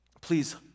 Please